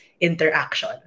interaction